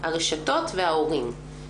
הרשתות וההורים,